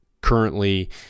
currently